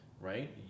right